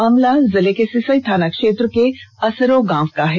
मामला जिले के सिसई थाना क्षेत्र के असरों गांव का है